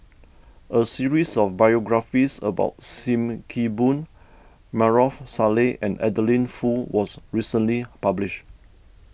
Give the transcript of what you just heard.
a series of biographies about Sim Kee Boon Maarof Salleh and Adeline Foo was recently published